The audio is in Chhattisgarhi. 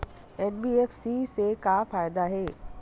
एन.बी.एफ.सी से का फ़ायदा हे?